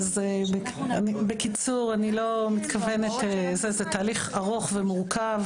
בקיצור, זה תהליך ארוך ומורכב.